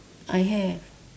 I have